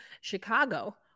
chicago